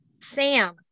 Sam